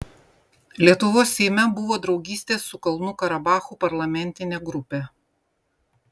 lietuvos seime buvo draugystės su kalnų karabachu parlamentinė grupė